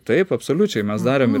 taip absoliučiai mes darėm ir